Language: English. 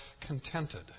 contented